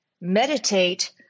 meditate